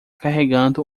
carregando